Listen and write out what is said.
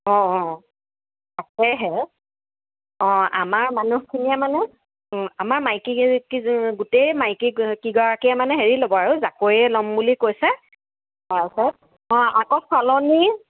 অঁ অঁ অঁ সেয়েহে অঁ আমাৰ মানুহখিনিয়ে মানে আমাৰ মাইকী গোটেই মাইকী কেইগৰাকীয়ে মানে হেৰি ল'ব আৰু জাকৈয়ে ল'ম বুলি কৈছে তাৰপিছত অঁ আকৌ চালনি